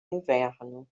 inverno